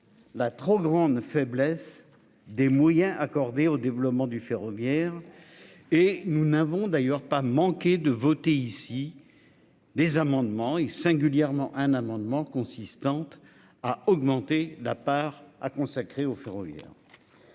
la trop grande faiblesse des moyens accordés au développement du ferroviaire. Et nous n'avons d'ailleurs pas manqué de voter ici. Des amendements et singulièrement un amendement consistante à augmenter la part a consacrés au ferroviaire.--